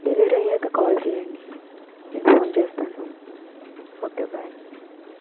delivery అయ్యాక call చేయండి నేను ఫోన్ చేస్తాను ఓకే బయ్